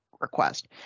request